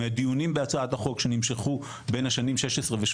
מהדיונים בהצעת החוק שנמשכו בין השנים 2016-2017,